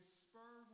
spur